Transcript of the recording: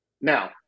now